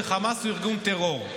הכול.